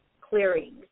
clearings